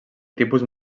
tipus